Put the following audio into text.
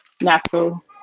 natural